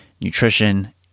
nutrition